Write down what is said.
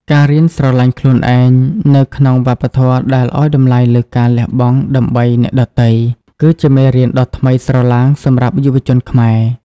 ការរៀនស្រឡាញ់ខ្លួនឯង នៅក្នុងវប្បធម៌ដែលឱ្យតម្លៃលើការលះបង់ដើម្បីអ្នកដទៃ គឺជាមេរៀនដ៏ថ្មីស្រឡាងសម្រាប់យុវជនខ្មែរ។